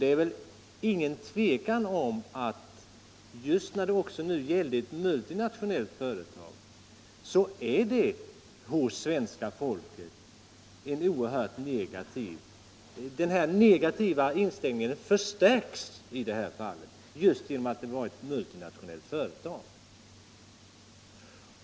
Det råder väl ingen tvekan om att den negativa inställningen hos svenska folket förstärkts i det här fallet just genom att det var fråga om ett multinationellt företag.